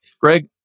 Greg